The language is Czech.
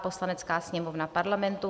Poslanecká sněmovna Parlamentu